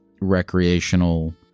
recreational